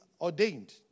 ordained